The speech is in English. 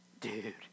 Dude